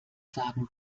sagen